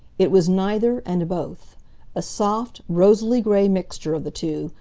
it was neither, and both a soft, rosily-gray mixture of the two,